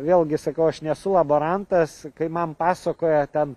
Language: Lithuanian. vėlgi sakau aš nesu laborantas kai man pasakojo ten